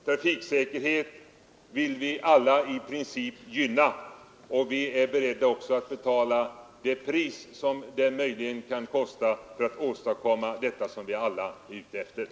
Trafiksäkerhet vill vi alla i princip gynna, och vi är också beredda att betala det pris som det möjligen kan kosta att åstadkomma denna förbättrade trafiksäkerhet.